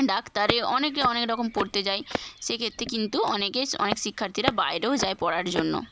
ডাক্তারি অনেকে অনেক রকম পড়তে যায় সেক্ষেত্রে কিন্তু অনেকে অনেক শিক্ষার্থীরা বাইরেও যায় পড়ার জন্য